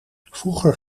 vroeger